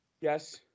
Yes